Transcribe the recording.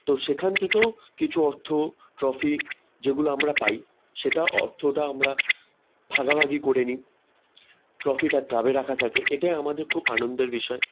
তো সেখান থেকেও কিছু অর্থ ট্রফি যেগুলো আমরা পাই সেটা অর্থটা আমরা ভাগাভাগি করে নিই ট্রফিটা ক্লাবে রাখা থাকে এটাই আমাদের খুব আনন্দের বিষয়